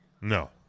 No